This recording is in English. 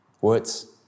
Words